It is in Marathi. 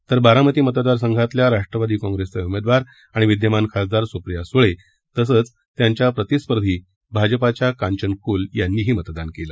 तर बारामती मतदारसंघातल्या राष्ट्रवादी काँप्रेसच्या उमेदवार आणि विद्यमान खासदार सुप्रिया सुळे तसंच त्यांच्या प्रतिस्पर्धी भाजपाच्या कांचन कुल यांनीही मतदान केलं